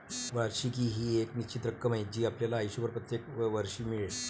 वार्षिकी ही एक निश्चित रक्कम आहे जी आपल्याला आयुष्यभर प्रत्येक वर्षी मिळेल